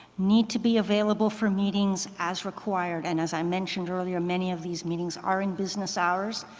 need to be available for meetings as required and as i mentioned earlier, many of these meetings are in business hours,